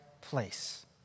place